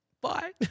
bye